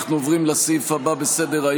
אנחנו עוברים לסעיף הבא בסדר-היום: